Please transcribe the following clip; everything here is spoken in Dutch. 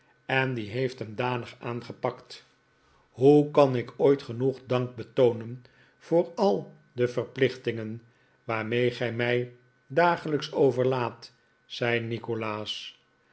en die heeft hem danig aangepakt hoe kan ik ooit genoeg dank betoonen voor al de verplichtingen waarmee gij mij dagelijks overlaadt zei nikolaas